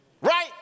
Right